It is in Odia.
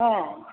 ହଁ